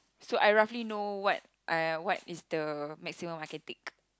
so I roughly know what I what is the maximum I can take